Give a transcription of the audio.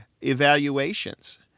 Evaluations